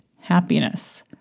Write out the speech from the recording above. happiness